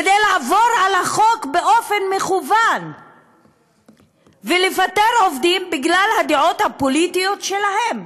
כדי לעבור על החוק באופן מכוון ולפטר עובדים בגלל הדעות הפוליטיות שלהם.